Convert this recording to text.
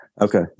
Okay